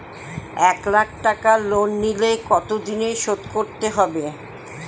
এক লাখ টাকা লোন নিলে কতদিনে শোধ করতে হবে?